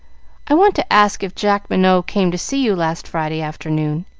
i want to ask if jack minot came to see you last friday afternoon.